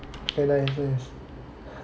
okay nice nice